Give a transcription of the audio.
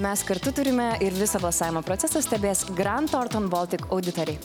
mes kartu turime ir visą balsavimo procesą stebės grant orton baltik auditoriai